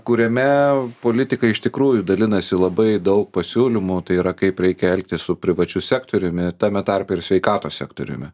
kuriame politikai iš tikrųjų dalinasi labai daug pasiūlymų tai yra kaip reikia elgtis su privačiu sektoriumi tame tarpe ir sveikatos sektoriumi